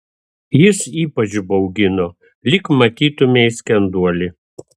jis ypač baugino lyg matytumei skenduolį